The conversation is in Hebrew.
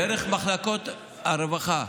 דרך מחלקות הרווחה.